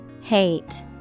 Hate